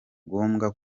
ngombwa